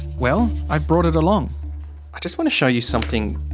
well, i've brought it along. i just want to show you something,